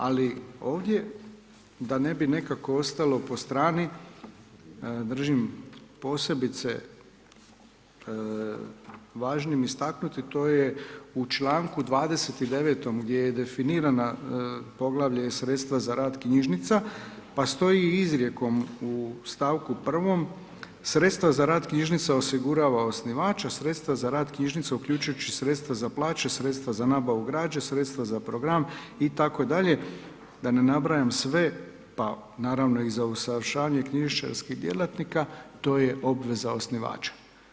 Ali ovdje da ne bi nekako ostalo po strani držim posebice važnim istaknuti, to je u članku 29. gdje je definirana, poglavlje i sredstva za rad knjižnica pa stoji izrijekom u stavku 1. sredstva za rad knjižnica osigurava osnivač a sredstva za rad knjižnica uključujući i sredstva za plaće, sredstva za nabavu građe, sredstva za program itd., da ne nabrajam sve, pa naravno i za usavršavanje knjižničarskih djelatnika to je obveza osnivača.